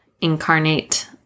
incarnate